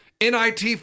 NIT